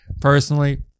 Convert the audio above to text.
Personally